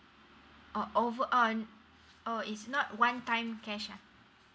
oh over uh oh is not one time cash ah